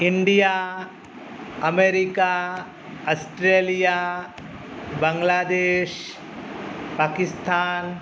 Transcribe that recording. India America Australia Bangladesh Pakistan